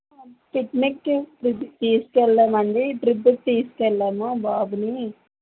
పిక్నిక్కి విజిట్ తీసుకెళ్ళామండి ట్రిప్కి తీసుకెళ్ళాము బాబుని